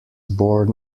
born